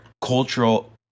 cultural